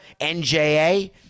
nja